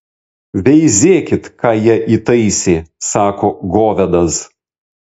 veizėkit ką jie įtaisė sako govedas